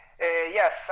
Yes